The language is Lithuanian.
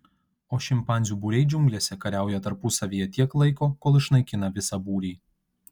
o šimpanzių būriai džiunglėse kariauja tarpusavyje tiek laiko kol išnaikina visą būrį